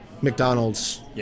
McDonald's